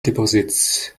deposits